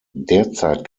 derzeit